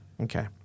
Okay